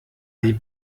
die